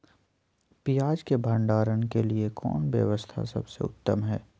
पियाज़ के भंडारण के लिए कौन व्यवस्था सबसे उत्तम है?